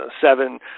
seven